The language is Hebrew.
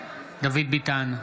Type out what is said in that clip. דוד ביטן,